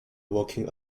walking